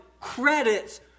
credits